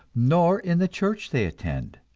nor in the church they attend.